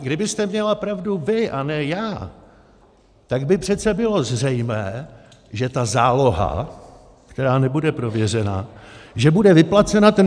Kdybyste měla pravdu vy a ne já, tak by přece bylo zřejmé, že ta záloha, která nebude prověřena, bude vyplacena 45. den.